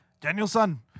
Danielson